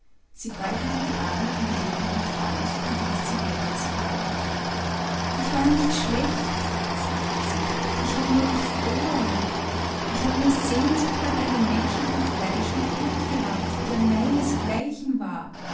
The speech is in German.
sie breitete die arme in die leere luft aus und ließ sie wehrlos fallen ich war nicht schlecht sagte sie ich hab nur gefroren ich hab nur sehnsucht nach einem menschen von fleisch und blut gehabt der meinesgleichen war